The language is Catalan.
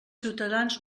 ciutadans